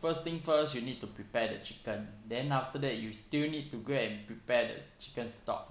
first thing first you need to prepare the chicken then after that you still need to go and prepare the chicken stock